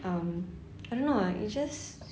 um I don't know ah it just